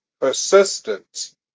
persistence